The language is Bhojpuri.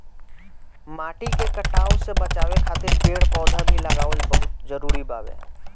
माटी के कटाव से बाचावे खातिर पेड़ पौधा भी लगावल बहुत जरुरी बावे